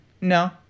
No